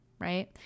right